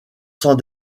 sans